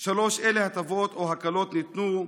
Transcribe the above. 3. אילו הטבות או הקלות ניתנו,